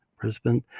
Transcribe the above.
Brisbane